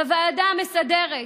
בוועדה המסדרת.